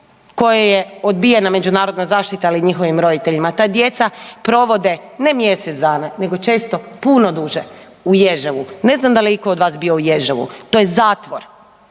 kojoj je odbijena međunarodna zaštita ili njihovim roditeljima ta djeca provode ne mjesec dana nego često puno duže u Ježevu. Ne znam da li je itko od vas bio u Ježevu, to je zatvor,